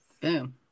boom